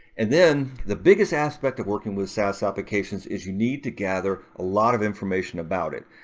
and then the biggest aspect of working with saas applications is you need to gather a lot of information about it,